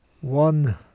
one